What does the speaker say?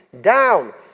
down